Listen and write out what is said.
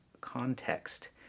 context